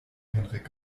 henrik